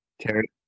Terry